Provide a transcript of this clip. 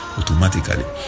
automatically